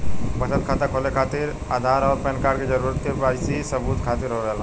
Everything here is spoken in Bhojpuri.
बचत खाता खोले खातिर आधार और पैनकार्ड क जरूरत के वाइ सी सबूत खातिर होवेला